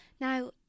Now